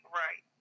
right